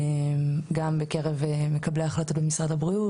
גם בקרב מקבלי ההחלטות במשרד הבריאות,